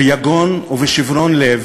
ביגון ובשיברון לב